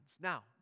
Now